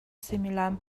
suimilam